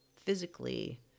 physically